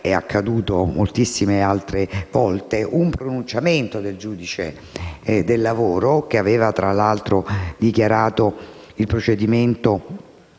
è accaduto moltissime altre volte, vi era stato un pronunciamento del giudice del lavoro, che aveva, tra l'altro, dichiarato il provvedimento